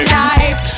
life